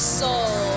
soul